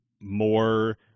more